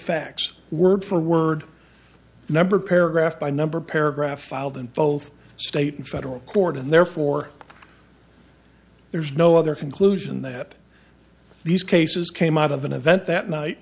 facts word for word number paragraph by number paragraphs filed in both state and federal court and therefore there is no other conclusion that these cases came out of an event that night